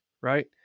Right